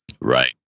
Right